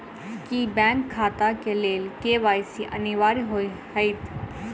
की bank खाता केँ लेल के.वाई.सी अनिवार्य होइ हएत?